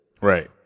Right